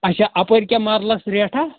اچھا اَپٲرۍ کیٛاہ مَرلَس ریٹاہ